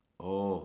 oh